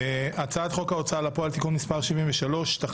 הצעת חוק ההוצאה לפועל (תיקון מס' 73)(תחליף